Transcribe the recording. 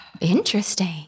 Interesting